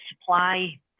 supply